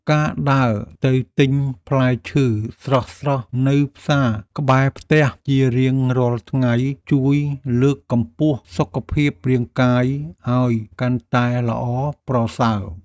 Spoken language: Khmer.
ការដើរទៅទិញផ្លែឈើស្រស់ៗនៅផ្សារក្បែរផ្ទះជារៀងរាល់ថ្ងៃជួយលើកកម្ពស់សុខភាពរាងកាយឱ្យកាន់តែល្អប្រសើរ។